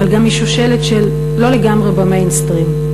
אבל גם משושלת של לא לגמרי ב"מיינסטרים",